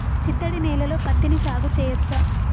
చిత్తడి నేలలో పత్తిని సాగు చేయచ్చా?